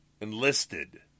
Enlisted